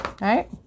right